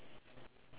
ya